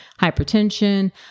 hypertension